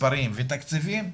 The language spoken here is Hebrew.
מספרים ותקציבים,